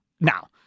Now